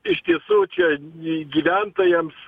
iš tiesų čia i gyventojams